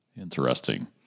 Interesting